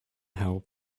help